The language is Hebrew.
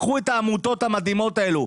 קחו את העמותות המדהימות האלו.